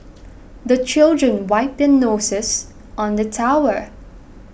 the children wipe their noses on the towel